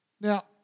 Now